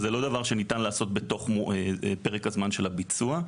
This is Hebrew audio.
זה לא דבר שניתן לעשות בתוך פרק הזמן של הביצוע.